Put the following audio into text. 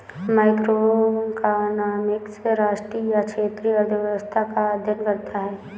macroeconomics राष्ट्रीय या क्षेत्रीय अर्थव्यवस्था का अध्ययन करता है